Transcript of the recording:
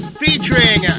featuring